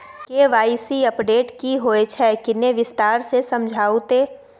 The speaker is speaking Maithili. के.वाई.सी अपडेट की होय छै किन्ने विस्तार से समझाऊ ते?